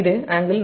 எனவே Ica 10